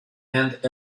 and